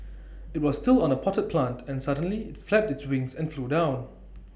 IT was still on A potted plant and suddenly IT flapped its wings and flew down